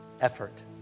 effort